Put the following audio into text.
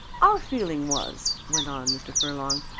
our feeling was, went on mr. furlong,